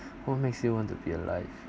who makes you want to be alive